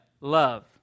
love